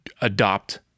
adopt